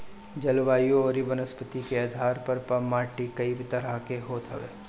जलवायु अउरी वनस्पति के आधार पअ माटी कई तरह के होत हवे